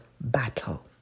battle